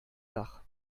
dach